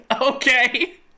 okay